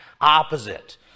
opposite